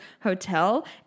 Hotel